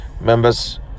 members